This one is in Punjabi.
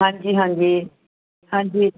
ਹਾਂਜੀ ਹਾਂਜੀ ਹਾਂਜੀ